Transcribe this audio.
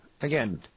Again